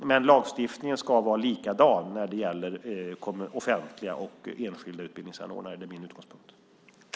Lagstiftningen ska vara likadan när det gäller offentliga och enskilda utbildningsanordnare. Det är min utgångspunkt.